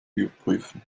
überprüfen